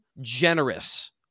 generous